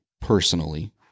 personally